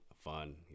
fun